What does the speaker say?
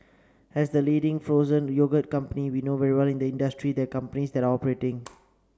as the leading frozen yogurt company we know very well this industry and the companies that are operating